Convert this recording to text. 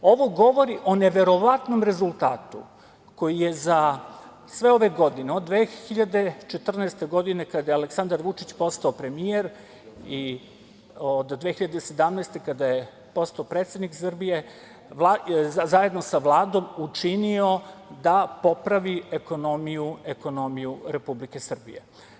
Ovo govori o neverovatno rezultatu koji je za sve ove godine, od 2014. godine, kada je Aleksandar Vučić postao premijer i od 2017. godine, kada je postao predsednik Srbije, zajedno sa Vladom učinio da popravi ekonomiju Republike Srbije.